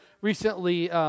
recently